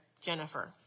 Jennifer